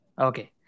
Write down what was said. Okay